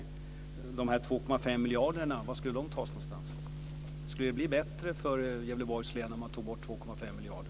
Var ska de 2,5 miljarderna tas ifrån? Skulle det bli bättre för Gävleborgs län om man tog bort 2,5 miljarder?